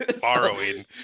Borrowing